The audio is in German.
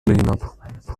hinab